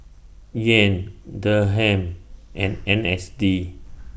Yen Dirham and N S D